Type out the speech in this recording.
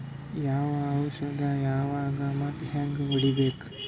ಯಾವ ಔಷದ ಯಾವಾಗ ಮತ್ ಹ್ಯಾಂಗ್ ಹೊಡಿಬೇಕು?